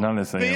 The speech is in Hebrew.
נא לסיים.